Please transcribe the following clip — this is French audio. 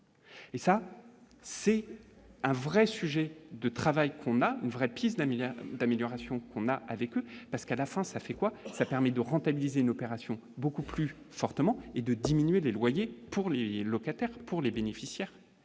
Et ça c'est un vrai sujet de travail qu'on a une vraie piste d'un 1000000000 d'améliorations qu'on a avec eux, parce qu'à la fin, ça fait quoi ça permet de rentabiliser une opération beaucoup plus fortement et de diminuer les loyers pour les locataires pour les bénéficiaires